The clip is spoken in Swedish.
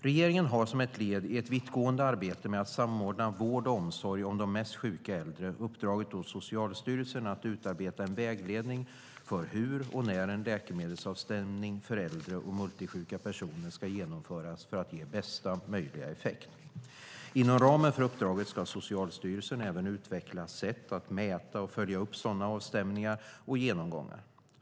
Regeringen har som ett led i ett vittgående arbete med att samordna vård och omsorg om de mest sjuka äldre uppdragit åt Socialstyrelsen att utarbeta en vägledning för hur och när en läkemedelsavstämning för äldre och multisjuka personer ska genomföras för att ge bästa möjliga effekt. Inom ramen för uppdraget ska Socialstyrelsen även utveckla sätt att mäta och följa upp sådana avstämningar och genomgångar .